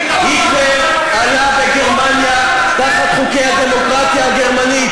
היטלר עלה בגרמניה תחת חוקי הדמוקרטיה הגרמנית.